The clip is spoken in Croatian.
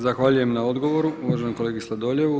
Zahvaljujem na odgovoru uvaženom kolegi Sladoljevu.